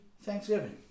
Thanksgiving